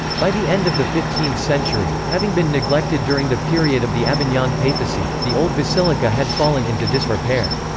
by the end of the fifteenth century, having been neglected during the period of the avignon papacy, the old basilica had fallen into disrepair.